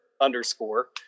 underscore